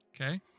Okay